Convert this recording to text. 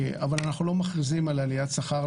אבל אנחנו לא מכריזים על עליית שכר,